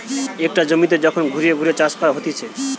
একটা জমিতে যখন ঘুরিয়ে ঘুরিয়ে চাষ করা হতিছে